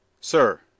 Sir